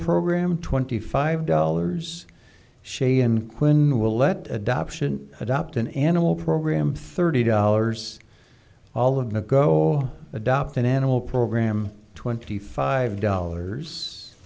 program twenty five dollars she and quinn will let adoption adopt an animal program thirty dollars all of the go adopt an animal program twenty five dollars